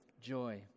joy